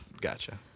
Gotcha